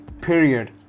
period